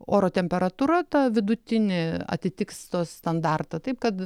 oro temperatūra ta vidutinė atitiks tos standartą taip kad